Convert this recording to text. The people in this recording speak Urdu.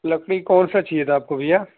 لکڑی کون سا چاہیے تھا آپ کو بھیا